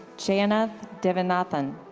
jana devanothan.